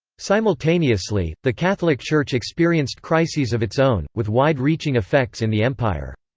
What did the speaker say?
simultaneously, the catholic church experienced crises of its own, with wide-reaching effects in the empire.